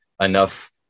enough